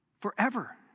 forever